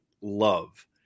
love